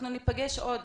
אנחנו ניפגש עוד.